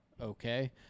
Okay